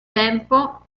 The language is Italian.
tempo